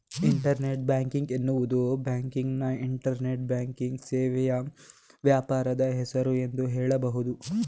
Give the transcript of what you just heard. internet banking ಎನ್ನುವುದು ಬ್ಯಾಂಕಿನ internet banking ಸೇವೆಯ ವ್ಯಾಪಾರದ ಹೆಸರು ಎಂದು ಹೇಳಬಹುದು